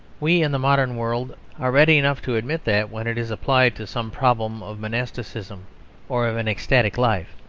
we, in the modern world, are ready enough to admit that when it is applied to some problem of monasticism or of an ecstatic life.